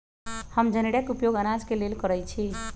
हम जनेरा के प्रयोग अनाज के लेल करइछि